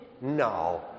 no